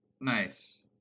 Nice